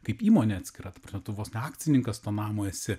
kaip įmonė atskira ta prasme tu vos ne akcininkas to namo esi